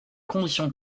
conditions